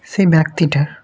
সেই ব্যক্তিটার